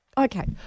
Okay